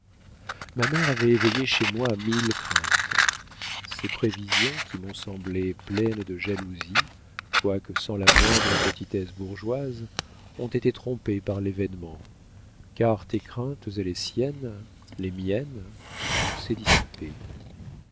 ma mère avait éveillé chez moi mille craintes ses prévisions qui m'ont semblé pleines de jalousie quoique sans la moindre petitesse bourgeoise ont été trompées par l'événement car tes craintes et les siennes les miennes tout s'est dissipé